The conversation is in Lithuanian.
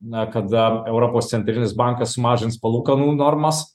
na kada europos centrinis bankas sumažins palūkanų normas